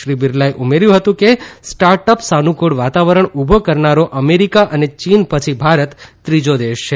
શ્રી બિરલાએ ઉમેર્યું હતું કે સ્ટાર્ટ અપ સાનુકુળ વાતાવરણ ઉભુ કરનારો અમેરીકા અને ચીન પછી ભારત ત્રીજો દેશ છે